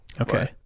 okay